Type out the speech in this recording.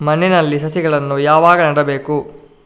ಮಣ್ಣಿನಲ್ಲಿ ಸಸಿಗಳನ್ನು ಯಾವಾಗ ನೆಡಬೇಕು?